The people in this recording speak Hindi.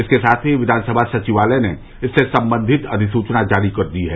इसके साथ ही विधानसभा सचिवालय ने इससे संबंधित अधिसूचना जारी कर दी है